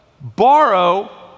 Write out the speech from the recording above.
borrow